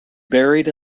buried